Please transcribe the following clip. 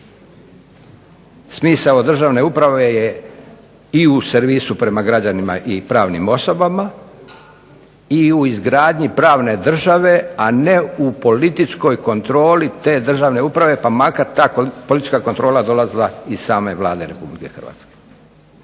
Smisao državne uprave je i u servisu i prema građanima i pravnim osobama i u izgradnji pravne države, a ne u političkoj kontroli te državne uprave pa makar ta politička kontrola dolazila iz same Vlade RH. Dakle, vratit